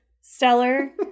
stellar